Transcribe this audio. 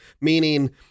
meaning